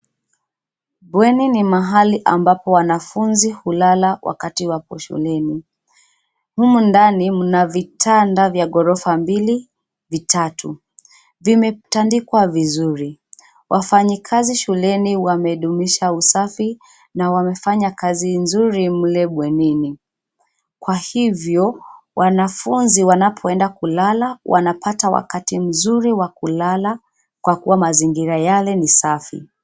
Bweni ni mahali ambapo wanafunzi hulala wakati wapo shuleni, humu ndani mna vitanda vya ghorofa mbili, vitatu, vimetandikwa vizuri, wafanyikazi shuleni wamedumisha usafi, na wamefanya kazi nzuri mle bwenini, kwa hivyo, wanafunzi wanapoenda kulala wanapata wakati mzuri wa kulala, kwa kuwa mazingira yale ni safi.